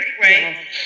right